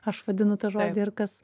aš vadinu tą žodį ir kas